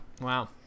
Wow